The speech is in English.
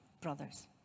brothers